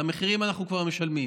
את המחירים אנחנו כבר משלמים,